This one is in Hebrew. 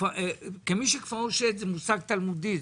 כמי שכפאו שד זה מושג תלמודי,